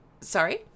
Sorry